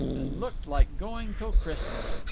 and looked like going till christmas.